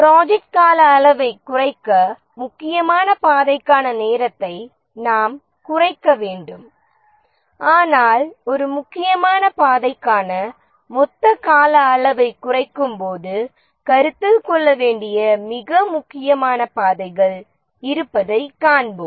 project கால அளவைக் குறைக்க முக்கியமான பாதைக்கான நேரத்தை நாம் குறைக்க வேண்டும் ஆனால் ஒரு முக்கியமான பாதைக்கான மொத்த கால அளவைக் குறைக்கும்போது கருத்தில் கொள்ள வேண்டிய பிற முக்கியமான பாதைகள் இருப்பதைக் காண்போம்